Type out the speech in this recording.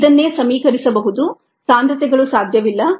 ಇದನ್ನೇ ಸಮೀಕರಿಸಬಹುದು ಸಾಂದ್ರತೆಗಳು ಸಾಧ್ಯವಿಲ್ಲ